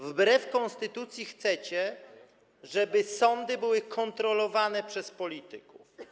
Wbrew konstytucji chcecie, żeby sądy były kontrolowane przez polityków.